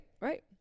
Right